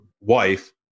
wife